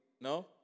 No